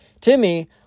Timmy